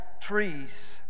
Trees